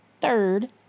third